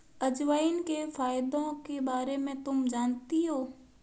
अजवाइन के फायदों के बारे में तुम जानती हो?